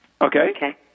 Okay